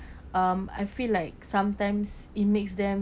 um I feel like sometimes it makes them